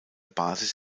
basis